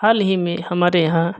हाल ही में हमारे यहाँ